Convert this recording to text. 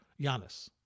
Giannis